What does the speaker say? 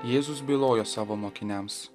jėzus bylojo savo mokiniams